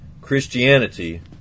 Christianity